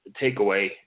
takeaway